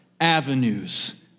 avenues